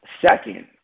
Second